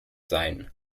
sein